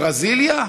מברזיליה?